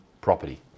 property